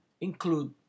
include